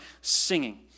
singing